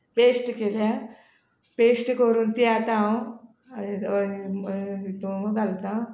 paste केल्या paste करून ती आतां हांव हितूं घालता